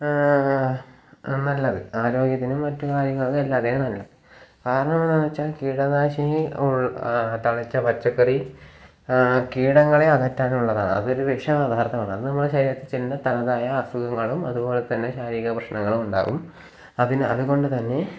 നല്ലത് ആരോഗ്യത്തിനും മറ്റു കാര്യങ്ങൾക്കും എല്ലാത്തിനും നല്ലത് കാരണം എന്താണെന്ന് വച്ചാൽ കീടനാശിനി തളിച്ച പച്ചക്കറി കീടങ്ങളെ അകറ്റാനുള്ളതാണ് അതൊരു വിഷപദാർത്ഥമാണ് അത് നമ്മുടെ ശരീരത്തിൽ ചെന്ന് തനതായ അസുഖങ്ങളും അതുപോലെ തന്നെ ശാരീരിക പ്രശ്നങ്ങളും ഉണ്ടാകും അതിന് അതുകൊണ്ടു തന്നെ